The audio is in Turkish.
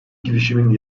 girişimin